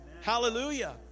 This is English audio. Hallelujah